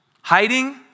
hiding